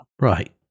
Right